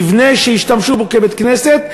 מבנה שהשתמשו בו כבית-כנסת.